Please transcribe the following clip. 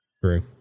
True